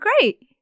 great